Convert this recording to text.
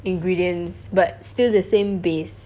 ingredients but still the same base